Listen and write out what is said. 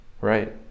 right